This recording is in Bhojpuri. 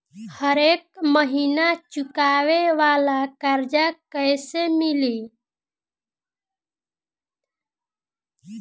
हरेक महिना चुकावे वाला कर्जा कैसे मिली?